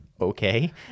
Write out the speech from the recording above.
Okay